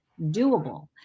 doable